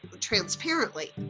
transparently